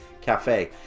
cafe